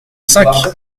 cinq